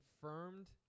confirmed